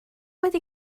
wedi